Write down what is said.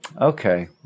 okay